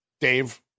Dave